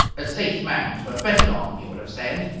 a safe man to have betted on, you would have said.